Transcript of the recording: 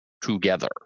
together